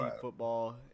football